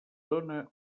dóna